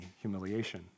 humiliation